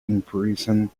imprison